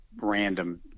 random